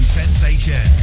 sensation